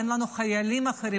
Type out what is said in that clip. אין לנו חיילים אחרים.